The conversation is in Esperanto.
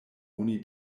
oni